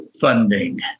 funding